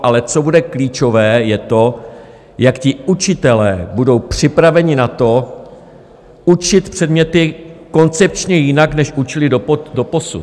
Ale co bude klíčové, je to, jak učitelé budou připraveni na to, učit předměty koncepčně jinak, než učili doposud.